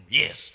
yes